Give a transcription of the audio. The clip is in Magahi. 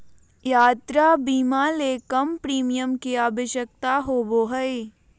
यात्रा बीमा ले कम प्रीमियम के आवश्यकता होबो हइ